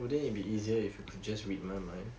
wouldn't it be easier if you could just read my mind